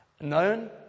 known